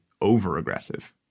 over-aggressive